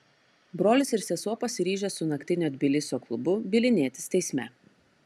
brolis ir sesuo pasiryžę su naktinio tbilisio klubu bylinėtis teisme